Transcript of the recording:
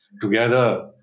Together